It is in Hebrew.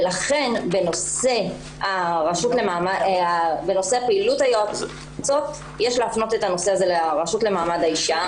לכן בנושא פעילות היועצות יש לפנות לרשות למעמד האישה.